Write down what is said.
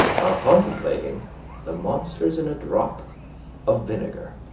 while contemplating the monsters in a drop of vinegar.